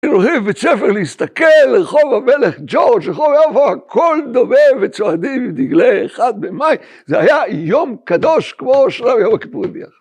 אנחנו הולכים מבית ספר להסתכל, רחוב המלך ג'ורג', רחוב יפו, הכל דובב וצועדים עם דגלי אחד במאי, זה היה יום קדוש כמו שבת ויום הכיפורים ביחד.